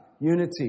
unity